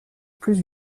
plus